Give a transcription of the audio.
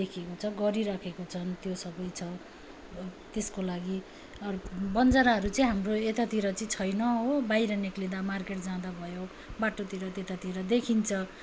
देखिन्छ गरिराखेका छन् त्यो सबै छ त्यसको लागि अर्को बन्जाराहरू चाहिँ हाम्रो यतातिर चाहिँ छैन हो बाहिर निस्कँदा मार्केट जाँदा भयो बाटोतिर त्यतातिर देखिन्छ